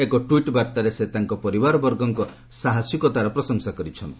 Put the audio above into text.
ଏକ ଟ୍ୱିଟ୍ ବାର୍ଭାରେ ସେ ତାଙ୍କ ପରିବାରବର୍ଗଙ୍କ ସାହସିକତାର ପ୍ରଶଂସା କରିଛନ୍ତି